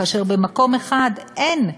כאשר במקום אחד אין,